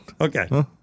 Okay